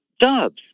jobs